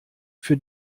für